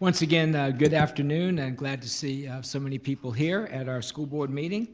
once again, good afternoon. glad to see so many people here at our school board meeting.